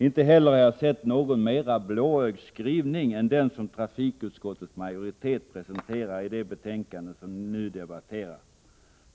Inte heller har jag sett någon mera blåögd skrivning än den som trafikutskottets majoritet presenterar i det betänkande vi nu debatterar.